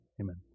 amen